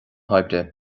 hoibre